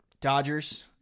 Dodgers